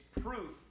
proof